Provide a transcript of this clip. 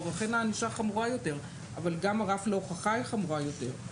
- לכן הענישה חמורה יותר אבל גם הרף להוכחה הוא חמור יותר.